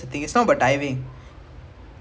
!oi!